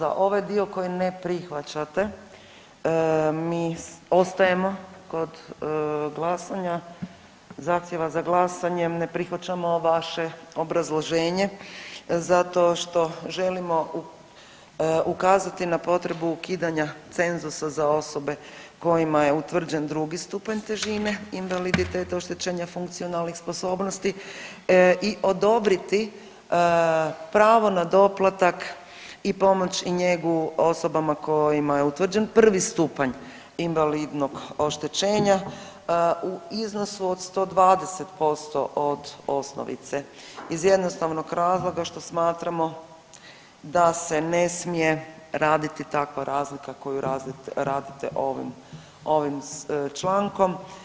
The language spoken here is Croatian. A za ovaj dio koji ne prihvaćate mi ostajemo kod glasanja, zahtjeva za glasanjem, ne prihvaćamo vaše obrazloženje zato što želimo ukazati na potrebu ukidanja cenzusa za osobe kojima je utvrđen drugi stupanj težine invaliditeta oštećenja funkcionalnih sposobnosti i odobriti pravo na doplatak i pomoć i njegu osobama kojima je utvrđen prvi stupanj invalidnog oštećenja u iznosu od 120% od osnovice iz jednostavnog razloga što smatramo da se ne smije raditi takva razlika koju radite ovim, ovim člankom.